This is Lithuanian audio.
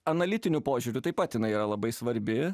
analitiniu požiūriu taip pat jinai yra labai svarbi